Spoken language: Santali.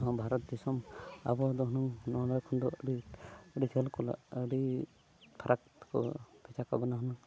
ᱱᱚᱣᱟ ᱵᱷᱟᱨᱚᱛ ᱫᱤᱥᱚᱢ ᱟᱵᱚ ᱫᱚ ᱦᱩᱱᱟᱹᱝ ᱱᱚᱰᱮ ᱠᱷᱚᱱ ᱫᱚ ᱟᱹᱰᱤ ᱟᱹᱰᱤ ᱡᱷᱟᱹᱞ ᱠᱚ ᱟᱹᱰᱤ ᱯᱷᱟᱨᱟᱠ ᱛᱮᱠᱚ ᱵᱷᱮᱡᱟ ᱠᱟᱵᱚᱱᱟ ᱦᱩᱱᱟᱹᱝ